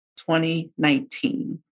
2019